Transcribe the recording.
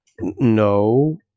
No